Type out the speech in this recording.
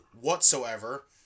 whatsoever